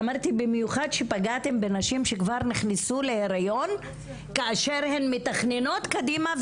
ואמרתי במיוחד שפגעתם בנשים שכבר נכנסו להריון כאשר הן מתכננות קדימה,